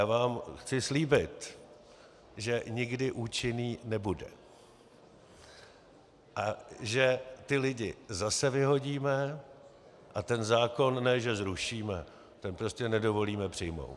A já vám chci slíbit, že nikdy účinný nebude a že ty lidi zase vyhodíme a ten zákon ne že zrušíme, ten prostě nedovolíme přijmout.